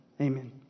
Amen